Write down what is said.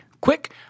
quick